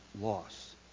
Loss